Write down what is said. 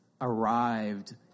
arrived